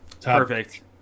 Perfect